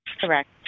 Correct